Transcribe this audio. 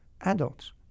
adults